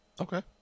Okay